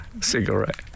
cigarette